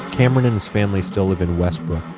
cameron and his family still live in westbrook,